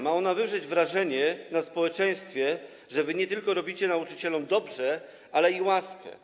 Ma ona wywrzeć wrażenie na społeczeństwie, że wy nie tylko robicie nauczycielom dobrze, ale robicie też łaskę.